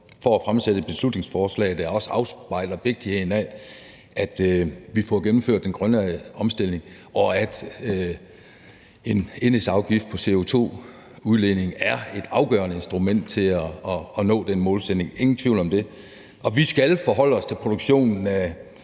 for at fremsætte et beslutningsforslag, der også afspejler vigtigheden af, at vi får gennemført den grønne omstilling, og at en enhedsafgift på CO2-udledning er et afgørende instrument til at nå den målsætning – ingen tvivl om det. Vi skal forholde os til produktionen